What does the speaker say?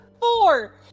Four